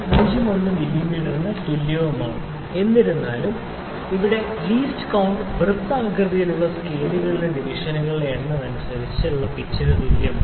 01 മില്ലീമീറ്ററിന് തുല്യമാണ് എന്നിരുന്നാലും ഇവിടെ ലീസ്റ്റ് കൌണ്ട് വൃത്താകൃതിയിലുള്ള സ്കെയിലുകളിലെ ഡിവിഷനുകളുടെ എണ്ണം അനുസരിച്ച് പിച്ചിന് തുല്യമാണ്